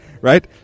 Right